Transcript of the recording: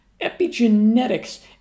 Epigenetics